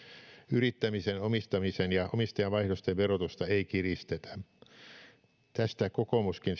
yrittämisen omistamisen ja omistajavaihdosten verotusta ei kiristetä tästä kokoomuskin